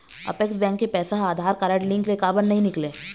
Apex bank के पैसा हा आधार कारड लिंक ले काबर नहीं निकले?